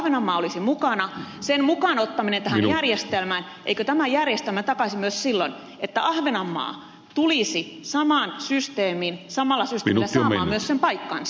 jos ahvenanmaa olisi mukana eikö tämä järjestelmä takaisi myös silloin että ahvenanmaa tulisi samalla systeemillä saamaan myös sen paikkansa